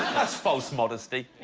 that's false modesty